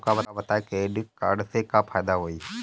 हमका बताई credit card से का फायदा होई?